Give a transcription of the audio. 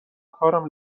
کارم